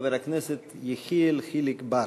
מיכל רוזין, שלי יחימוביץ,